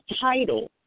title